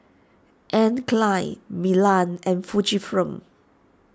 Anne Klein Milan and Fujifilm